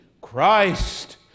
Christ